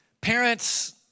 Parents